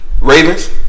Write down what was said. Ravens